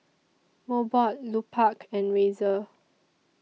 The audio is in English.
Mobot Lupark and Razer